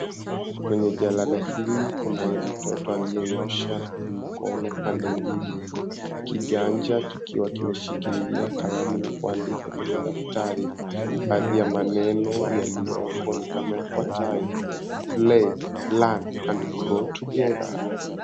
Kwenye jalada hili kunaye mtoto aliyenyosha mkono pande mbili. Kiganja kikiwa kimeshikilia kalamu na kuandika kwenye daftari. Baadhi ya maneno yaliyoko ni kama yafuatayo, "Play, Learn and Grow Together".